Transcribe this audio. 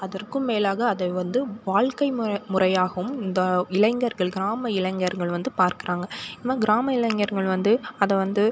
அதற்கும் மேலாக அதை வந்து வாழ்க்கை முறை முறையாகவும் இந்த இளைஞர்கள் கிராம இளைஞர்கள் வந்து பார்க்கிறாங்க இவன் கிராம இளைஞர்கள் வந்து அதை வந்து